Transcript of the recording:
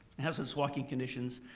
hazardous walking conditions,